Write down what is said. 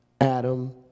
Adam